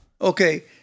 Okay